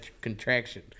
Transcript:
contraction